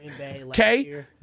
Okay